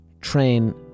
train